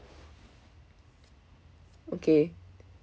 okay